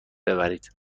ببرید